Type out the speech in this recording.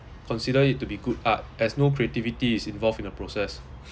consider it to be good art as no creativity is involved in the process